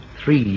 Three